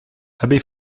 abbé